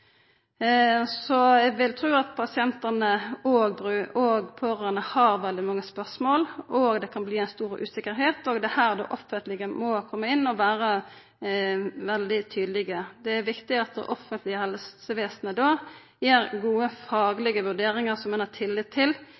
så vidare. Eg vil tru at pasientane og dei pårørande har veldig mange spørsmål, og at det kan bli stor usikkerheit. Det er her det offentlege må koma inn og vera veldig tydeleg. Det er viktig at det offentlege helsevesenet gir gode faglege vurderingar som ein har tillit til,